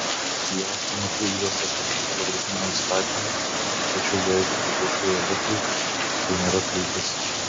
jav tuo metu įvestas alkoholio draudimo įstatymas tačiau jeigu priklausai elitui tai nėra kliūtis